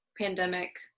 pandemic